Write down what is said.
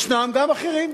ישנם גם אחרים.